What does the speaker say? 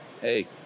hey